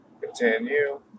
Continue